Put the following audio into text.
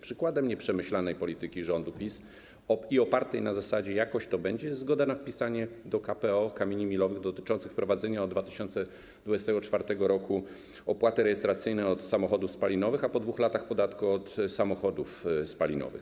Przykładem nieprzemyślanej polityki rządu PiS, opartej na zasadzie: jakoś to będzie, jest zgoda na wpisanie do KPO kamieni milowych dotyczących wprowadzenia od 2024 r. opłaty rejestracyjnej od samochodów spalinowych, a po 2 latach - podatku od samochodów spalinowych.